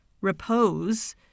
repose